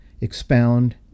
expound